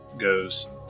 goes